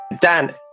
Dan